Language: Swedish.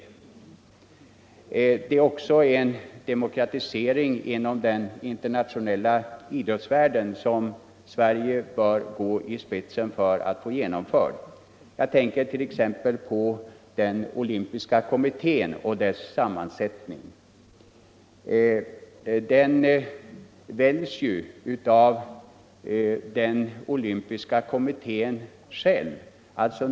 Sverige bör också gå i spetsen för en demokratisering av den internationella idrottsvärlden. Jag tänker t.ex. på den olympiska kommittén och dess sammansättning. Ledamöterna väljs av kommittén själv.